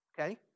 okay